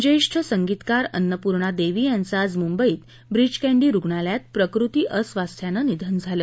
ज्येष्ठ संगीतकार अन्नपूर्णादेवी यांच आज मुंबईत ब्रीच कँडी रुग्णालयात प्रकृती अस्वास्थ्याने निधन झालं